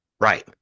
Right